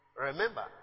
Remember